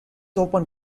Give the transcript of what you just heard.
open